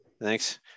Thanks